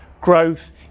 growth